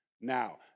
now